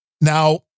Now